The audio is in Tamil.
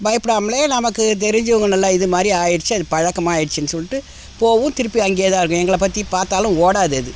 பயப்படாமலே நமக்கு தெரிஞ்சவங்க நல்லா இது மாதிரி ஆகிடுச்சி அது பழக்கமாக ஆகிடுச்சின்னு சொல்லிட்டு போகும் திருப்பி அங்கே தான் இருக்கும் எங்களை பற்றி பார்த்தாலும் ஓடாது அது